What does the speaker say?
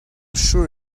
sure